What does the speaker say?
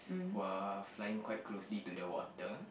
while flying quite closely to the water